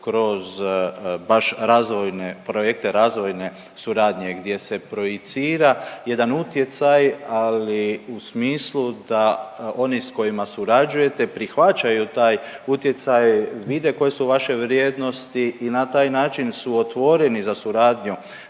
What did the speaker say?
razvojne projekte razvojne suradnje gdje se projicira jedan utjecaj, ali u smislu da oni s kojima surađujete prihvaćaju taj utjecaj, vide koje su vaše vrijednosti i na taj način su otvoreni za suradnju